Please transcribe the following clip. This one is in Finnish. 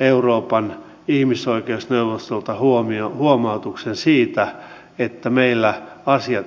joka on jo siis ihan kantaväestönkin kannalta pakollista kustannuksiksi